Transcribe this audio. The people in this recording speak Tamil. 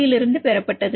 Coli இருந்து பெறப்பட்டது